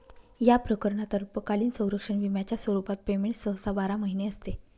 या प्रकरणात अल्पकालीन संरक्षण विम्याच्या स्वरूपात पेमेंट सहसा बारा महिने असते